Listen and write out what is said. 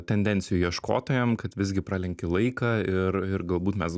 tendencijų ieškotojam kad visgi pralenki laiką ir ir galbūt mes